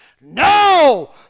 No